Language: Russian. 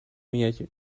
менять